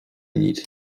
nic